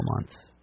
months